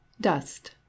Dust